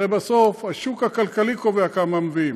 הרי בסוף השוק הכלכלי קובע כמה מביאים,